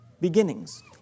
beginnings